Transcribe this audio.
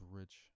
rich